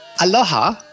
aloha